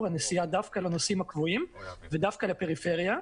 הנסיעה דווקא לנוסעים הקבועים ודווקא לפריפריה,